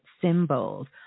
symbols